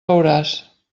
veuràs